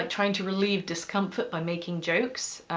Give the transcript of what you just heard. trying to relieve discomfort by making jokes.